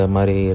Mari